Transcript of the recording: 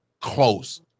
close